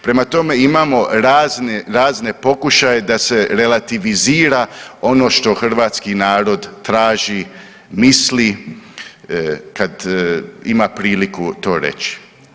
Prema tome, imamo razne, razne pokušaje da se relativizira ono što hrvatski narod traži i misli kad ima priliku to reći.